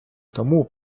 тому